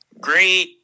Great